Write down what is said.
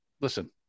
listen